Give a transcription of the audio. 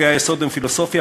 חוקי-היסוד הם פילוסופיה,